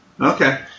Okay